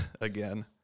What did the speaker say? again